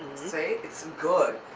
see, it's good.